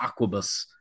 Aquabus